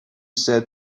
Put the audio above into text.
said